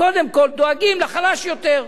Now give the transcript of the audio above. קודם כול דואגים לחלש יותר.